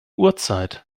uhrzeit